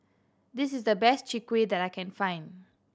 this is the best Chwee Kueh that I can find